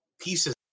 pieces